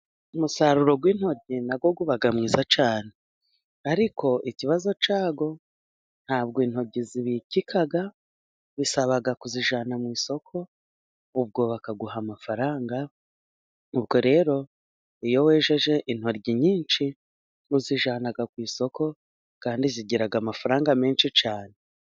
Umusaruro w'intoryi na wo uba mwiza cyane, ariko ikibazo cyawo ntabwo intoryi zibikika, bisaba kuzijyana ku isoko ubwo bakaguha amafaranga. Ubwo rero iyo wejeje intoryi nyinshi, muzijyana ku isoko kandi zigira amafaranga menshi cyane.